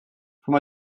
from